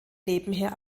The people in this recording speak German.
nebenher